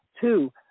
two